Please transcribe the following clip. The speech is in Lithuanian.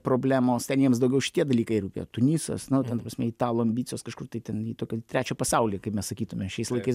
problemos ten jiems daugiau šitie dalykai rūpėjo tunisas na ten jau ta prasme italų ambicijos kažkur tai ten į tokį trečią pasaulį kaip mes sakytume šiais laikais